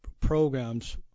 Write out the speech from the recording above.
programs